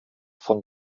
von